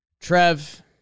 Trev